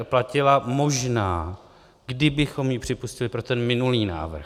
Platila možná, kdybychom ji připustili, pro ten minulý návrh.